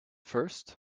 first